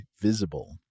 Visible